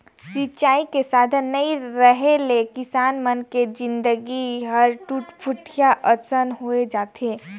सिंचई के साधन नइ रेहे ले किसान मन के जिनगी ह टूटपुंजिहा असन होए जाथे